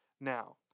Now